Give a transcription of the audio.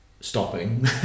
stopping